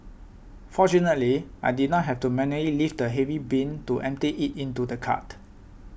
fortunately I did not have to manually lift heavy bin to empty it into the cart